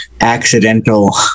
accidental